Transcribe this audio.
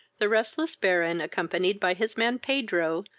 the restless baron, accompanied by his man pedro,